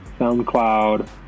SoundCloud